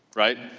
right?